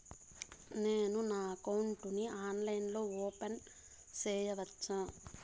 నేను నా అకౌంట్ ని ఆన్లైన్ లో ఓపెన్ సేయొచ్చా?